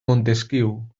montesquiu